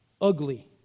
ugly